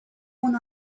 one